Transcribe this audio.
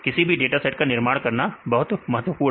किसी भी data set का निर्माण करना बहुत महत्वपूर्ण है